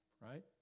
right